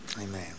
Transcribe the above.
Amen